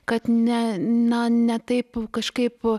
kad net na ne taip kažkaip